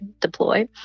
deploy